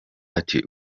ati